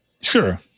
Sure